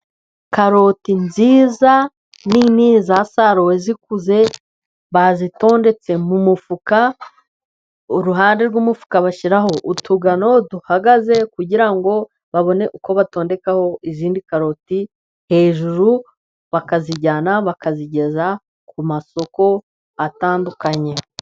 Karoti nziza nini zasaruwe zikuze bazitondetse mu mufuka, iruhande rw'umufuka bashyiraho utugano duhagaze, kugirango babone uko batondekaho izindi karoti, hejuru bakazijyana bakazigeza ku masoko atandukanye.